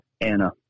Anna